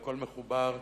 והכול מחובר.